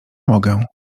mogę